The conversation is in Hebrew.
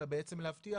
אלא בעצם להבטיח